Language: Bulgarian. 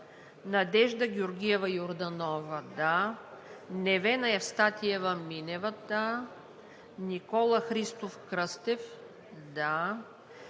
Надежда Георгиева Йорданова - тук Невена Евстатиева Минева - тук Никола Христов Кръстев -